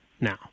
now